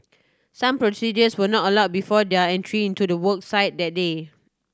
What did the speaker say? some procedures were not allow before their entry into the work site that day